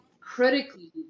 critically